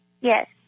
Yes